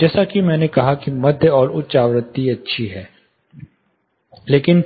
जैसा कि मैंने कहा कि मध्य और उच्च आवृत्ति अच्छी है लेकिन